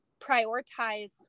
prioritize